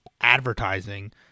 advertising